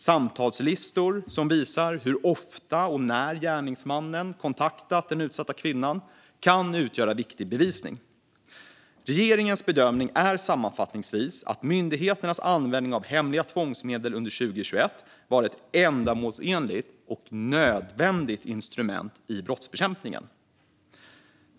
Samtalslistor som visar hur ofta och när gärningsmannen kontaktat den utsatta kvinnan kan utgöra viktig bevisning. Regeringens bedömning är sammanfattningsvis att myndigheternas användning av hemliga tvångsmedel under 2021 var ett ändamålsenligt och nödvändigt instrument i brottsbekämpningen.